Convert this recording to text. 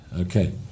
okay